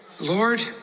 lord